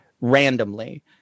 randomly